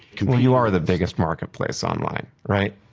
well, you are the biggest marketplace online, right?